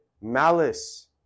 malice